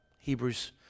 Hebrews